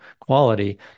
quality